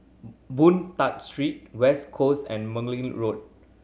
Boon Tat Street West Coast and Margoliouth Road